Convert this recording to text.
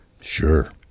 Sure